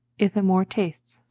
ithamore tastes.